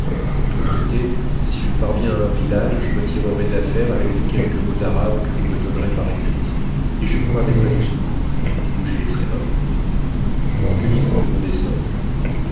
de mon côté si je parviens à un village je me tirerai d'affaire avec les quelques mots d'arabe que vous me donnerez par écrit et je vous ramènerai du secours ou j'y laisserai ma peau que dites-vous de mon dessein